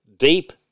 deep